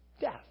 death